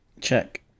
Check